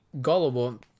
gullible